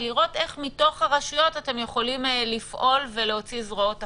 ולראות איך מתוך הרשויות אתם יכולים לפעול ולהוציא זרועות החוצה.